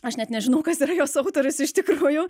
aš net nežinau kas yra jos autorius iš tikrųjų